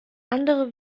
andere